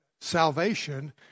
salvation